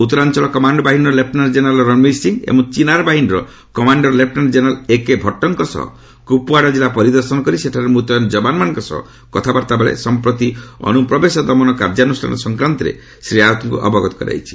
ଉତ୍ତରାଞ୍ଚଳର command ବାହିନୀର lieutenant general Ranbir Singh ଏବଂ ଚିନାର୍ ବାହିନୀର କମାଣ୍ଡର ଲେପୁନାଙ୍କ ଜେନେରାଲ୍ ଏକେ ଭଟ୍ଟଙ୍କ ସହ କୁପୁୱାଡ଼ା କିଲ୍ଲା ପରିଦର୍ଶନ କରି ସେଠାରେ ମୁତୟନ ଯବାନମାନଙ୍କ ସହ କଥାବାର୍ତ୍ତା କଳାବେଳେ ସମ୍ପ୍ରତି ଅନୁପ୍ରବେଶ ଦମନ କାର୍ଯ୍ୟାନୁଷ୍ଠାନ ସଂକ୍ରାନ୍ତରେ ଶ୍ରୀ ରାଓ୍ପତ୍ଙ୍କୁ ଅବଗତ କରାଯାଇଛି